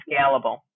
scalable